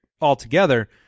altogether